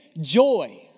joy